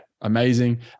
amazing